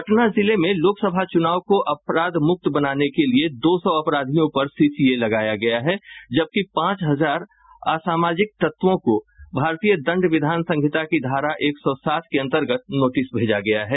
पटना जिले में लोकसभा चुनाव को अपराधमुक्त बनाने के लिये दो सौ अपराधियों पर सीसीए लगाया गया है जबकि पांच हजार असामाजिक तत्वों को भारतीय दंड विधान संहिता की धारा एक सौ सात के अंतर्गत नोटिस भेजा गया है